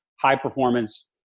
high-performance